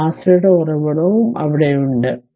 ഒരു ആശ്രിത ഉറവിടവും അവിടെയുണ്ട്